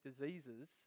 diseases